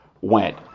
went